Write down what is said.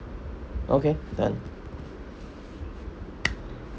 okay done